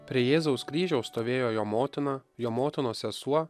prie jėzaus kryžiaus stovėjo jo motina jo motinos sesuo